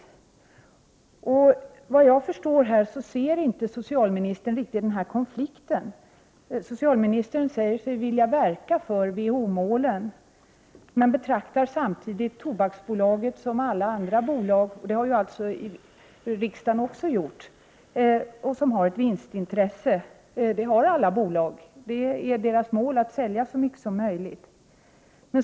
Socialministern ser inte riktigt denna konflikt. Han säger sig vilja verka för WHO-målen men betraktar samtidigt Tobaksbolaget som alla andra bolag — vilket riksdagen också har gjort — som har ett vinstintresse. Det har alla bolag; det är deras mål att sälja så mycket som möjligt.